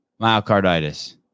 Myocarditis